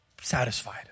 satisfied